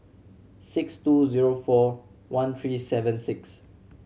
six two zero four one three seven six